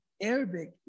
Arabic